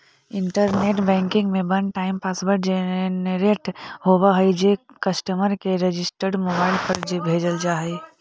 internet banking में one time password generate होवऽ हइ जे कस्टमर के रजिस्टर्ड मोबाइल पर भेजल जा हइ